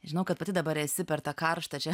žinau kad pati dabar esi per tą karštą čia